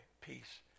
peace